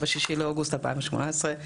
ב-06 באוגוסט 2018,